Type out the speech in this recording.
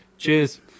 Cheers